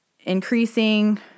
increasing